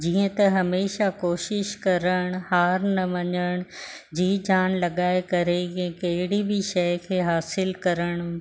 जीअं त हमेशा कोशिशि करणु हार न मञण जीउ जान लॻाए करे ईअं कहिड़ी बि शइ खे हासिलु करण